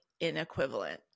inequivalent